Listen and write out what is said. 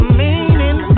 meaning